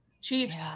Chiefs